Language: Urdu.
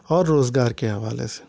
اور روز گار کے حوالے سے